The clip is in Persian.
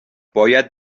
باید